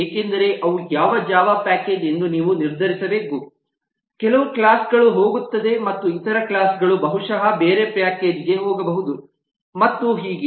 ಏಕೆಂದರೆ ಅವು ಯಾವ ಜಾವಾ ಪ್ಯಾಕೇಜ್ ಎಂದು ನೀವು ನಿರ್ಧರಿಸಬೇಕು ಕೆಲವು ಕ್ಲಾಸ್ ಗಳು ಹೋಗುತ್ತದೆ ಮತ್ತು ಇತರ ಕ್ಲಾಸ್ಗಳು ಬಹುಶಃ ಬೇರೆ ಪ್ಯಾಕೇಜ್ಗೆ ಹೋಗಬಹುದು ಮತ್ತು ಹೀಗೆ